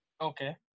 Okay